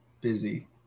busy